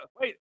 Wait